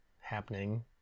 happening